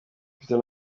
peter